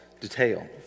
detail